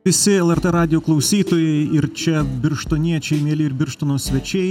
visi lrt radijo klausytojai ir čia birštoniečiai mieli ir birštono svečiai